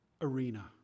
arena